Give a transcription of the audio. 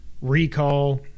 recall